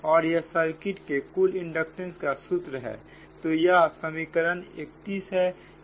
और यह सर्किट के कुल इंडक्टेंस का सूत्र है तो यह समीकरण 31 है